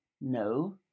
No